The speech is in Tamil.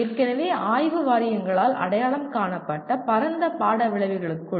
ஏற்கனவே ஆய்வு வாரியங்களால் அடையாளம் காணப்பட்ட பரந்த பாட விளைவுகளுக்குள்